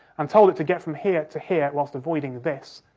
and told it to get from here to here whilst avoiding this.